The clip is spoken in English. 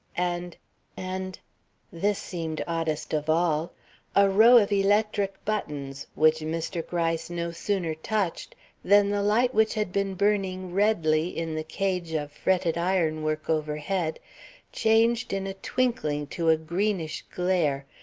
and and this seemed oddest of all a row of electric buttons, which mr. gryce no sooner touched than the light which had been burning redly in the cage of fretted ironwork overhead changed in a twinkling to a greenish glare,